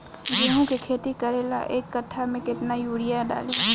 गेहूं के खेती करे ला एक काठा में केतना युरीयाँ डाली?